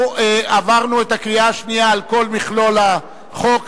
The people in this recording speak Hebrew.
עברנו את הקריאה השנייה על כל מכלול החוק,